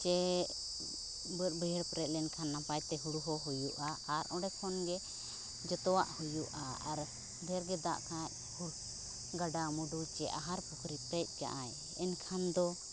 ᱥᱮ ᱵᱟᱹᱫᱽᱼᱵᱟᱹᱭᱦᱟᱹᱲ ᱯᱮᱨᱮᱡ ᱞᱮᱱᱠᱷᱟᱱ ᱱᱟᱯᱟᱭᱛᱮ ᱦᱩᱲᱩᱦᱚᱸ ᱦᱩᱭᱩᱜᱼᱟ ᱟᱨ ᱚᱸᱰᱮ ᱠᱷᱚᱱᱜᱮ ᱡᱚᱛᱚᱣᱟᱜ ᱦᱩᱭᱩᱜᱼᱟ ᱟᱨ ᱰᱷᱮᱨᱜᱮ ᱫᱟᱜᱠᱷᱟᱱ ᱜᱟᱰᱟᱼᱢᱩᱸᱰᱩ ᱥᱮ ᱟᱦᱟᱨᱼᱯᱩᱠᱷᱨᱤ ᱯᱮᱨᱮᱡᱠᱟᱜᱼᱟᱭ ᱮᱱᱠᱷᱟᱱᱫᱚ